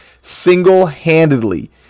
single-handedly